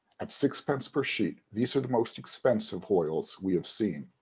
at six pence per sheet, these are the most expensive hoyles we have seen.